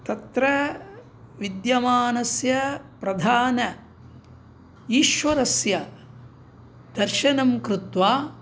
तत्र विद्यमानस्य प्रधानस्य ईश्वरस्य दर्शनं कृत्वा